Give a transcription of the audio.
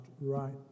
right